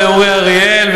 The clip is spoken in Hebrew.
לאורי אריאל,